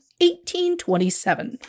1827